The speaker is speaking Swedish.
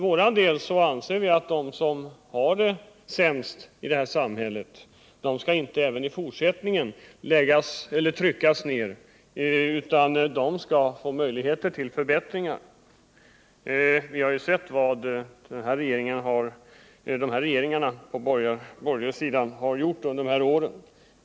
Vi anser att de som har det sämst i det här samhället inte även i fortsättningen skall tryckas ned utan få möjligheter till förbättringar. Vi har sett vad de borgerliga regeringarna gjort under de här åren.